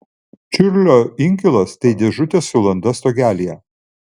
čiurlio inkilas tai dėžutė su landa stogelyje